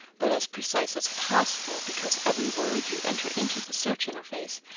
but as precise as possible. because every word you enter into the search interface,